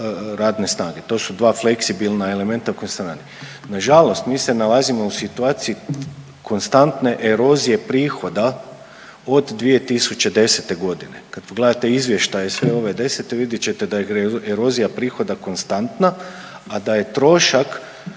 radne snage. To su dva fleksibilna elementa …/Govornik se ne razumije./… Na žalost mi se nalazimo u situaciji konstantne erozije prihoda od 2010. godine. Kad pogledate izvještaje sve ove desete vidjet ćete da je erozija prihoda konstantna, a da je trošak